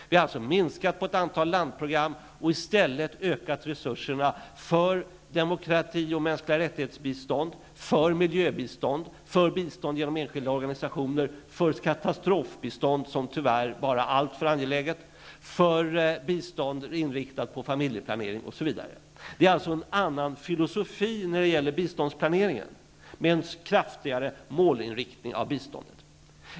Vi har minskat på ett antal landprogram och i stället ökat resurserna för bistånd till demokrati och mänskliga rättigheter, miljöbistånd, bistånd genom enskilda organisationer, katastrofbistånd -- något som nu tyvärr har blivit alltför angeläget -- bistånd inriktat på familjeplanering osv. Vi har en annan filosofi när det gäller biståndsplaneringen med en kraftigare målinriktning av biståndet.